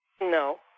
No